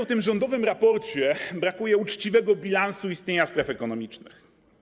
W tym rządowym raporcie brakuje uczciwego bilansu istnienia stref ekonomicznych.